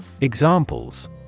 Examples